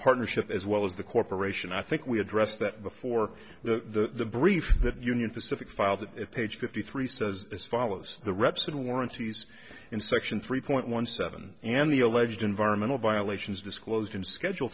partnership as well as the corporation i think we addressed that before the brief that union pacific filed that at page fifty three says this follows the reps and warranties in section three point one seven and the alleged environmental violations disclosed in schedule